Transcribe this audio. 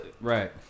right